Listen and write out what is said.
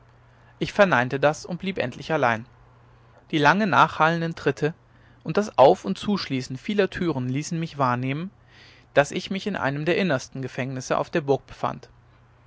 ich verneinte das und blieb endlich allein die lange nachhallenden tritte und das auf und zuschließen vieler türen ließen mich wahrnehmen daß ich mich in einem der innersten gefängnisse auf der burg befand